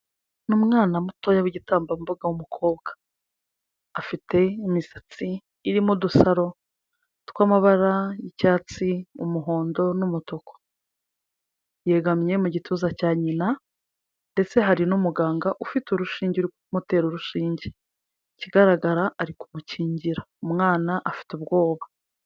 Ni umwana mutoya w'igitambambuga w'umukobwa, afite imisatsi irimo udusaro tw'amabara y'icyatsi, umuhondo n'umutuku. Yegamye mu gituza cya nyina ndetse hari n'umuganga ufite urushinge uri kumutera urushinge, ikigaragara ari kumukingira, umwana afite ubwoba.